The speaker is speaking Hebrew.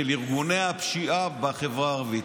של ארגוני הפשיעה בחברה הערבית.